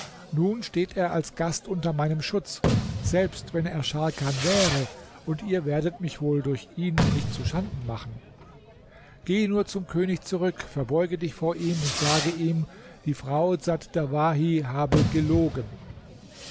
nun steht er als gast unter meinem schutz selbst wenn er scharkan wäre und ihr werdet mich wohl durch ihn nicht zuschanden machen geh nur zum könig zurück verbeuge dich vor ihm und sage ihm die frau dsat dawahi habe gelogen